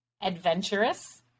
adventurous